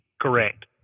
Correct